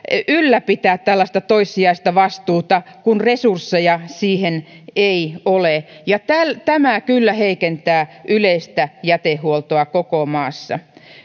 ylläpitää tällaista toissijaista vastuuta kun resursseja siihen ei ole tämä kyllä heikentää yleistä jätehuoltoa koko maassa